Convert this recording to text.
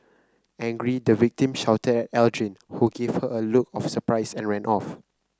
angry the victim shouted at Aldrin who gave her a look of surprise and ran off